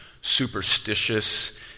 superstitious